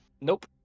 Nope